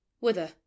Whither